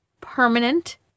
permanent